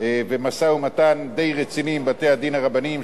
ומשא-ומתן די רציני עם בתי-הדין הרבניים,